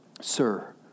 Sir